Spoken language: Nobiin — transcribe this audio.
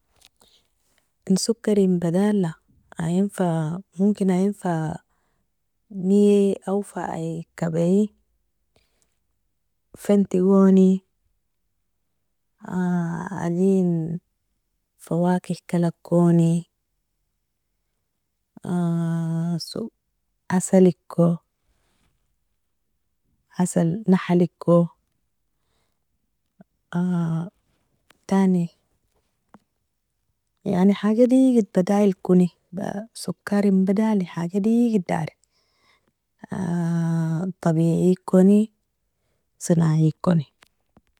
In sokarin badala ien fa momkina ien fa niei aow fa ai kabei fanti goni adin fawakih kalakoni, asaliko, asal nahaliko tani yani haja digid badilkoni sokarin badali haja digid dari tabiekoni senaikoni.